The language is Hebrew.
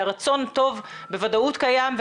והרצון הטוב בוודאות קיים,